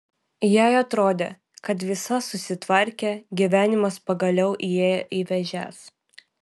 jai atrodė kad visa susitvarkė gyvenimas pagaliau įėjo į vėžes